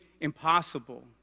impossible